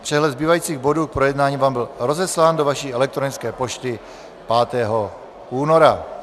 Přehled zbývajících bodů k projednání vám byl rozeslán do vaší elektronické pošty 5. února.